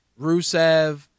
Rusev